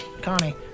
Connie